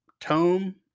Tome